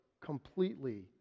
completely